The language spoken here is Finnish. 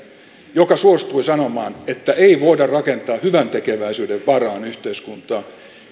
joka suostui sanomaan että ei voida rakentaa hyväntekeväisyyden varaan yhteiskuntaa